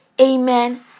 Amen